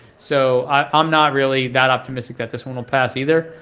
so i'm not really that optimistic that this one will pass either,